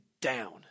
down